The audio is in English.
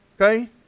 okay